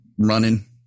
running